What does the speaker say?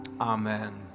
Amen